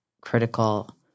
critical